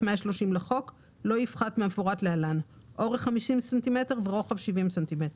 130 לחוק לא יפחת מהמפורט להלן: אורך 50 ס"מ ורוחב 70 ס"מ.